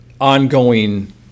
ongoing